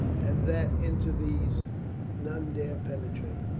and that into these none dare penetrate.